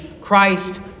Christ